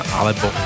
alebo